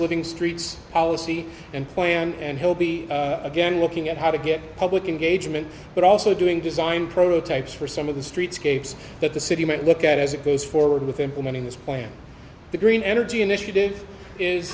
sleeping streets policy and plan and he'll be again looking at how to get public engagement but also doing design prototypes for some of the streetscapes that the city might look at as it goes forward with implementing this plan the green energy initiative